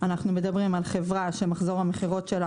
אנו מדברים על חברה שמחזור המכירות שלה